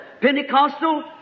Pentecostal